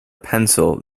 pencil